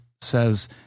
says